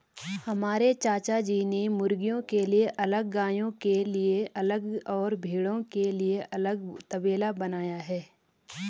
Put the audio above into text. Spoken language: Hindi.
हमारे चाचाजी ने मुर्गियों के लिए अलग गायों के लिए अलग और भेड़ों के लिए अलग तबेला बनाया है